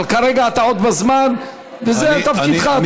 אבל כרגע אתה עוד בזמן וזה תפקידך,